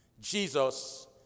Jesus